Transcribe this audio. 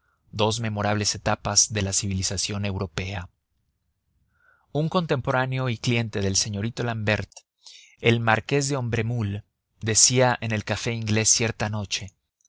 dos memorables etapas de la civilización europea un contemporáneo y cliente del señorito l'ambert el marqués de ombremule decía en el café inglés cierta noche